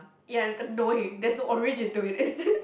ya it's annoying there's no origin to it is just